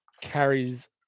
carries